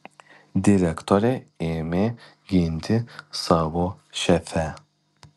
direktorė ėmė ginti savo šefę